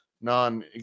non